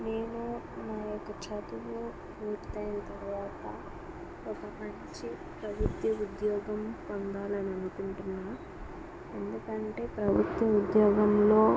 నేను నా యొక్క చదువు పూర్తయిన తరువాత ఒక మంచి ప్రభుత్వ ఉద్యోగం పొందాలనుకుంటున్నాను ఎందుకంటే ప్రభుత్వ ఉద్యోగంలో